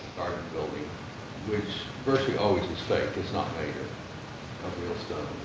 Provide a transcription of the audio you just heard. building which virtually always is fake, it's not made of real stone,